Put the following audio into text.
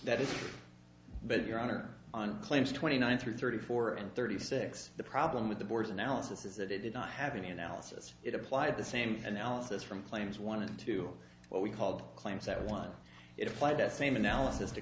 that is but your honor on claims twenty nine through thirty four and thirty six the problem with the board's analysis is that it did not have any analysis it applied the same analysis from claims one into what we called claims that want it apply that same analysis to